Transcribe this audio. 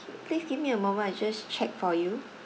please give me a moment I just check for you